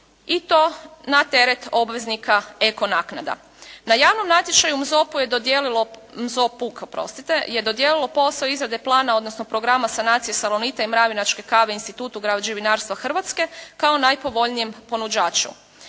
i to na teret obveznika ekonaknada. Na javnom natječaju ZOPUK je dodijelilo posao izrade plana, odnosno programa sanacije Salonita i mravinačke kave institutu građevinarstva Hrvatske kao najpovoljnijem ponuđaču.